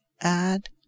add